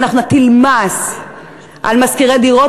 אם אנחנו נטיל מס על משכירי דירות,